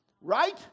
Right